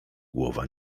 głowa